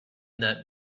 that